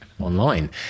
online